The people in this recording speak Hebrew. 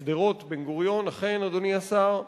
אכן, אדוני השר.